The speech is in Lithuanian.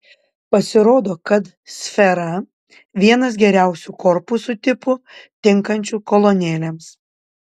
pasirodo kad sfera vienas geriausių korpusų tipų tinkančių kolonėlėms